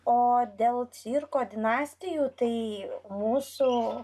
o dėl cirko dinastijų tai mūsų